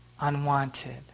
unwanted